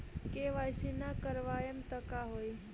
KYC ना करवाएम तब का होई?